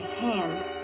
hand